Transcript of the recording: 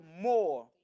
more